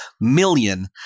million